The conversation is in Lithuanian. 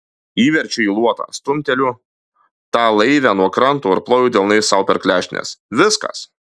įverčiu į luotą stumteliu tą laivę nuo kranto ir ploju delnais sau per klešnes viskas